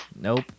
Nope